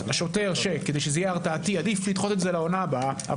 השוטר מחליט שעדיף לדחות את זה לעונה הבאה כדי שזה יהיה הרתעתי.